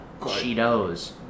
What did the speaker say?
Cheetos